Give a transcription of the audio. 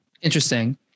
Interesting